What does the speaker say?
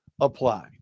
apply